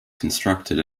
constructed